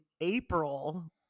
April